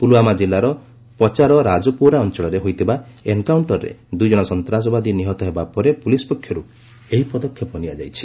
ପୁଲ୍ୱାମା କିଲ୍ଲାର ପଚାର ରାଜପୋରା ଅଞ୍ଚଳରେ ହୋଇଥିବା ଏନ୍କାଉଷ୍ଟରରେ ଦୁଇ ଜଣ ସନ୍ତାସବାଦୀ ନିହତ ହେବା ପରେ ପୁଲିସ୍ ପକ୍ଷରୁ ଏହି ପଦକ୍ଷେପ ନିଆଯାଇଛି